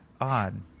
odd